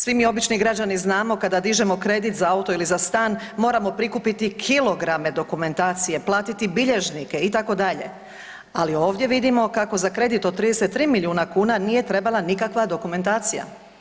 Svi mi obični građani znamo kada dižemo kredit za auto ili za stan moramo prikupiti kilograme dokumentacije, platit bilježnike itd., ali ovdje vidimo kako za kredit od 33 milijuna kuna nije trebala nikakva dokumentacija.